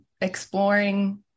exploring